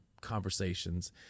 conversations